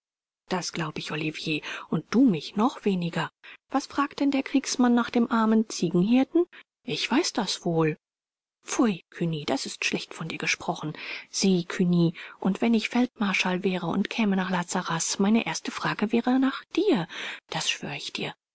das glaub ich olivier und du mich noch weniger was fragt denn der kriegsmann nach dem armen ziegenhirten ich weiß das wohl pfui cugny das ist schlecht von dir gesprochen sieh cugny und wenn ich feldmarschall wäre und käme nach la sarraz meine erste frage wäre nach dir das schwör ich dir